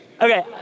Okay